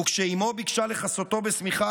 וכשאימו ביקשה לכסותו בשמיכה,